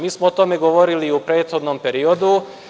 Mi smo o tome govorili u prethodnom periodu.